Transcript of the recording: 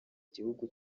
gihugu